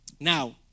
Now